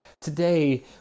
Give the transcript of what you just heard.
Today